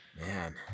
man